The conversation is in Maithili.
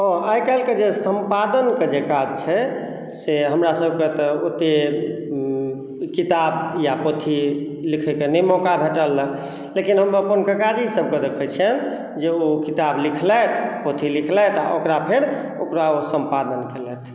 हँ आइ काल्हि के जे सम्पादन के जे काज छै से हमरा सबके तऽ ओते किताब या पोथी लिखय के नहि मौका भेटल हँ लेकिन हम अपन ककाजी सबके देखै छियनि जे ओ किताब लिखलथि पोथी लिखलथि आ ओकरा फेर ओकरा ओ संपादन केलथि